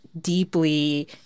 deeply